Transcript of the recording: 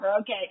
Okay